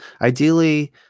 Ideally